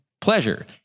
pleasure